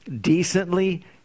Decently